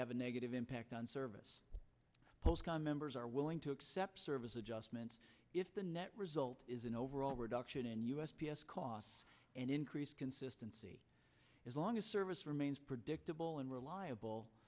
have a negative impact on service postcard members are willing to accept service adjustments if the net result is an overall reduction in u s p s costs and increase consistency as long as service remains predictable and reliable